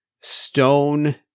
stone